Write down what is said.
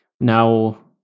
now